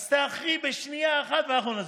אז תאחרי בשנייה אחת ואנחנו נצביע.